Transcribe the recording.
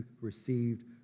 received